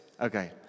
Okay